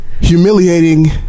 humiliating